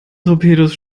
torpedos